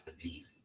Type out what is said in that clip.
easy